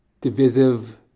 divisive